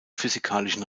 physikalischen